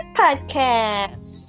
podcast